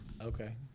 Okay